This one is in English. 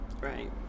right